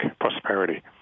prosperity